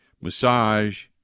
massage